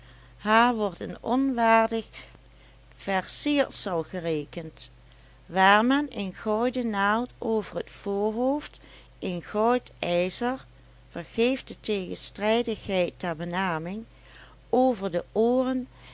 haar wordt een onwaardig versiersel gerekend waar men een gouden naald over t voorhoofd een goud ijzer vergeef de tegenstrijdigheid der benaming over de ooren